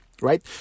Right